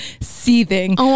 seething